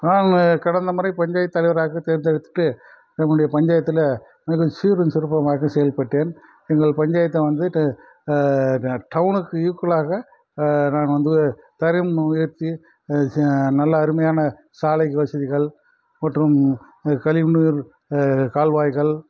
நான் கடந்தமுறை பஞ்சாயத்து தலைவராக தேர்ந்தெடுத்து எங்களுடைய பஞ்சாயத்தில் நல்ல சீரும் சிறப்புமாக செயல்பட்டேன் எங்கள் பஞ்சாயத்தை வந்துவிட்டு டவுனுக்கு ஈக்குவலாக நான் வந்து தரம் உயர்த்தி நல்ல அருமையான சாலை வசதிகள் மற்றும் கழிவுநீர் கால்வாய்கள்